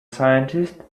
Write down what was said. scientist